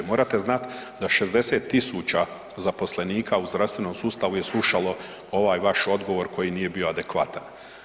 Morate znat da 60 000 zaposlenika u zdravstvenom sustavu je slušalo ovaj vaš odgovor koji nije bio adekvatan.